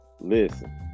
listen